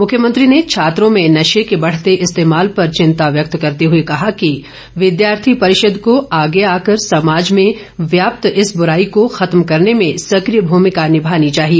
मुख्यमंत्री ने छात्रों में नशे के बढ़ते इस्तेमाल पर चिंता व्यक्त करते हुए कहा कि विद्यार्थी परिषद को आगे आकर समाज में व्याप्त इस बुराई को खत्म करने में सकिय भूमिका निर्मानी चाहिए